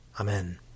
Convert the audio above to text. Amen